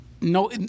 no